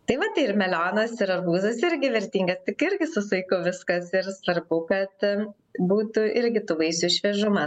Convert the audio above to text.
tai va tai ir melionas ir arbūzas irgi vertingas tik irgi su saiku viskas ir svarbu kad būtų irgi tų vaisių šviežumas